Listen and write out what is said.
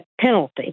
penalty